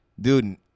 dude